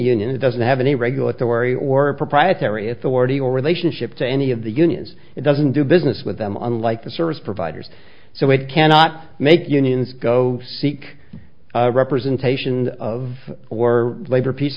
union it doesn't have any regulatory or proprietary authority or relationship to any of the unions it doesn't do business with them on like the service providers so it cannot make unions go seek representation of or labor peace